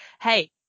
hey